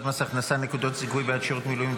מס הכנסה (נקודות זיכוי בעד שירות מילואים),